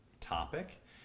topic